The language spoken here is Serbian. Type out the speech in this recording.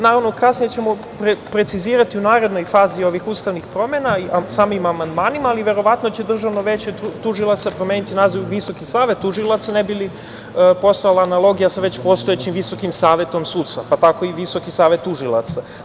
Naravno, kasnije ćemo precizirati u narednoj fazi ovih ustavnih promena, samim amandmanima, ali verovatno će Državno veće tužilaca promeniti naziv u Visoki savet tužilaca, ne bili postojala analogija sa već postojećim Visokim savetom sudstva, pa tako i Visoki savet tužilaca.